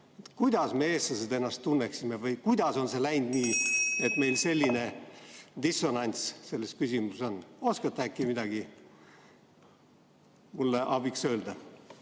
kuidas me, eestlased, ennast tunneksime. Kuidas on see läinud nii, et meil on selline dissonants selles küsimuses? Oskate äkki midagi mulle abiks öelda?